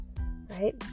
Right